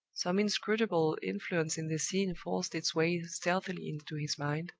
some inscrutable influence in the scene forced its way stealthily into his mind,